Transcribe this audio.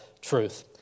truth